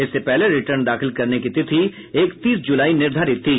इससे पहले रिटर्न दाखिल करने की तिथि इकतीस जुलाई निर्धारित थी